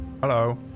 Hello